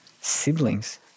Siblings